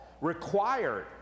required